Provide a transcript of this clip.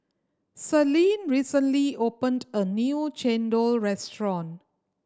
Celine recently opened a new chendol restaurant